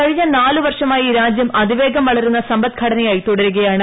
കഴിഞ്ഞ നാലു വർഷമായി രാജ്യം അതിവേഗം വളരുന്ന സമ്പദ്ഘടനയായി തുടരുകയാണ്